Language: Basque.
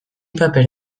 paper